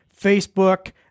Facebook